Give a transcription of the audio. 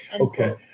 Okay